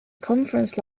conference